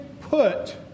put